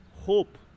hope